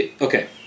Okay